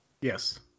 Yes